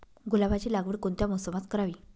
गुलाबाची लागवड कोणत्या मोसमात करावी?